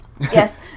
Yes